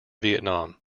vietnam